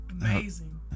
amazing